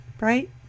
Right